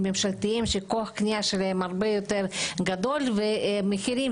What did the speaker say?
ממשלתיים שכוח הקנייה שלהם הרבה יותר גדול והמחירים,